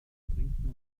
trinken